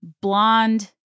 blonde